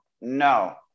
no